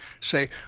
say